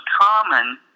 common